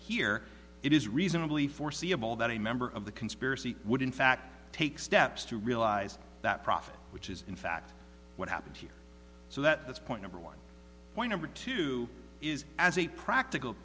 here it is reasonably foreseeable that a member of the conspiracy would in fact take steps to realize that profit which is in fact what happened here so that that's point number one point over to is as a practical